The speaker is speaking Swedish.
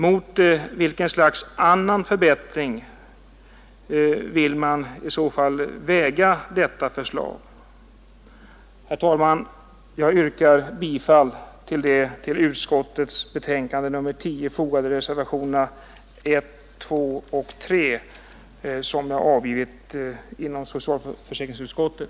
Mot vilket slags annan förbättring vill ni väga detta förslag? Herr talman! Jag yrkar bifall till de till utskottets betänkande nr 10 fogade reservationerna 1, 2 och 3 som jag avgivit inom socialförsäkringsutskottet.